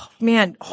man